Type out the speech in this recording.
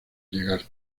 llegar